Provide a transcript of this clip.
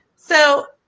so,